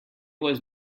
was